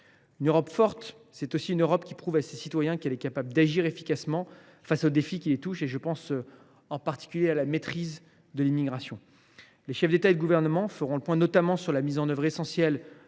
Une Europe forte, c’est aussi une Europe qui prouve à ses citoyens qu’elle est capable d’agir efficacement face aux défis qui les touchent. Je pense en particulier à la question de la maîtrise de l’immigration. Les chefs d’État et de gouvernement feront notamment le point sur la mise en œuvre – c’est